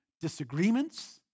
disagreements